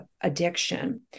addiction